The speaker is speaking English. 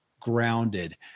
grounded